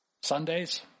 Sundays